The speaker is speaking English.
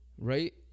right